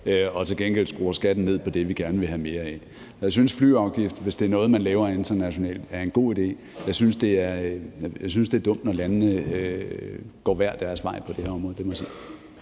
og til gengæld skruer skatten ned på det, vi gerne vil have mere af. Så jeg synes, flyafgift er en god idé, hvis det er noget, man laver internationalt. Jeg synes, det er dumt, når landene går hver sin vej på det her område.